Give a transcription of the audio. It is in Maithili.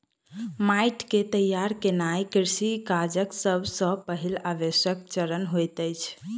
माइट के तैयार केनाई कृषि काजक सब सॅ पहिल आवश्यक चरण होइत अछि